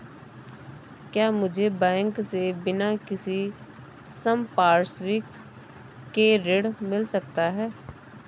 क्या मुझे बैंक से बिना किसी संपार्श्विक के ऋण मिल सकता है?